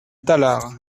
tallard